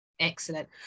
Excellent